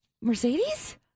Mercedes